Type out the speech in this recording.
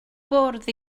bwrdd